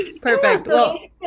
Perfect